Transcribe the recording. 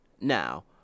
Now